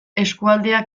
eskualdea